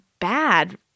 bad